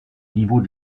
niveau